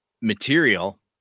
material